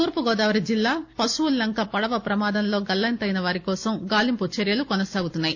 తూర్పు గోదావరి జిల్లా పశువుల్లంక పడవ ప్రమాదంలో గల్లంతైన వారి కోసం గాలింపు చర్యలు కొనసాగుతున్నాయి